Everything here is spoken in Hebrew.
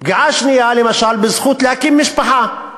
פגיעה שנייה, למשל בזכות להקים משפחה.